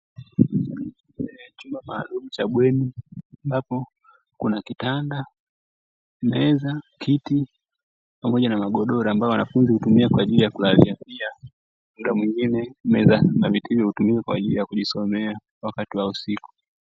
Chumba maalumu cha bweni, ambapo kuna kitanda, meza, viti pamoja na magodoro, ambayo wanafunzi hutumia kwa ajili ya kulalia, pia muda mwingine meza na viti hutumika kwa ajili ya kujisomea wakati wa usiku.